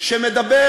שמדבר